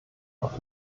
auf